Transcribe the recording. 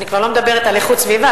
אני כבר לא מדברת על איכות הסביבה,